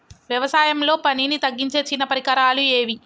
వ్యవసాయంలో పనిని తగ్గించే చిన్న పరికరాలు ఏవి?